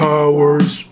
Powers